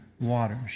waters